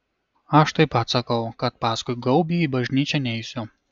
aš taip pat sakau kad paskui gaubį į bažnyčią neisiu